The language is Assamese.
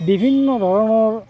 বিভিন্ন ধৰণৰ